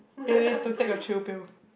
it is to take your chill pill